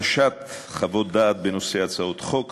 הגשת חוות דעת בנושא הצעות חוק,